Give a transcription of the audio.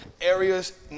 areas